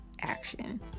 action